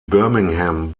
birmingham